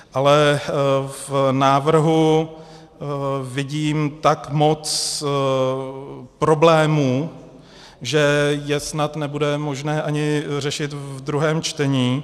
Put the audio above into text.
Ale v návrhu vidím tak moc problémů, že je snad nebude možné ani řešit v druhém čtení.